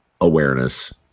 awareness